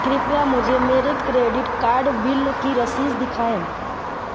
कृपया मुझे मेरे क्रेडिट कार्ड बिल की रसीद दिखाएँ